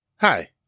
Hi